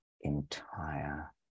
entire